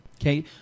Okay